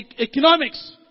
economics